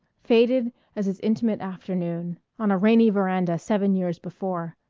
faded as its intimate afternoon, on a rainy veranda seven years before.